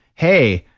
hey,